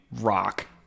rock